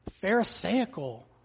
pharisaical